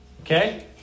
Okay